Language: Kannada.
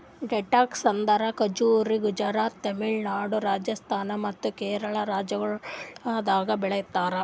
ಡೇಟ್ಸ್ ಅಂದುರ್ ಖಜುರಿ ಗುಜರಾತ್, ತಮಿಳುನಾಡು, ರಾಜಸ್ಥಾನ್ ಮತ್ತ ಕೇರಳ ರಾಜ್ಯಗೊಳ್ದಾಗ್ ಬೆಳಿತಾರ್